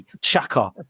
Chaka